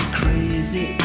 crazy